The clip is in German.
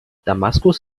damaskus